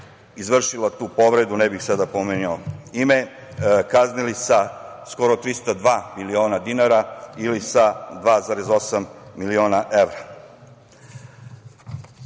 izvršila tu povredu, ne bih sada pominjao ime, kaznili sa skoro 302 miliona dinara ili sa 2,8 miliona evra. Što